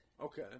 Okay